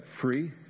free